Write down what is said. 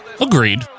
Agreed